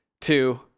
Two